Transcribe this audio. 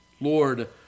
Lord